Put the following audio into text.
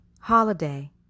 holiday